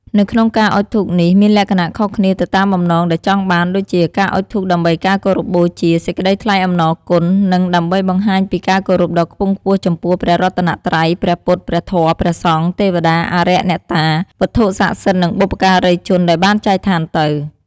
នៅក្នុងការអុជធូបនេះ មានលក្ខណៈខុសគ្នា ទៅតាមបំណងដែលចង់បាន ដូចជា ការអុជធូបដើម្បីការគោរពបូជា សេចក្ដីថ្លែងអំណរគុណ និង ដើម្បីបង្ហាញពី ការគោរពដ៏ខ្ពង់ខ្ពស់ ចំពោះព្រះរតនត្រ័យ ព្រះពុទ្ធ ព្រះធម៌ ព្រះសង្ឃ ទេវតា អារក្ស អ្នកតា វត្ថុស័ក្តិសិទ្ធិ និងបុព្វការីជនដែលបានចែកឋានទៅ។។